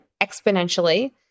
exponentially